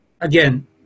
again